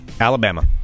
Alabama